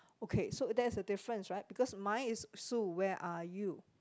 okay so that's a difference right because mine is Sue where are you